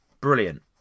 brilliant